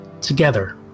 together